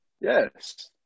Yes